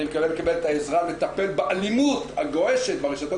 אני מקווה לקבל את העזרה לטפל באלימות הגועשת ברשתות